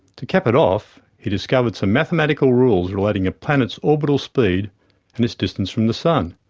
to cap it off, he discovered some mathematical rules relating a planet's orbital speed and its distance from the sun.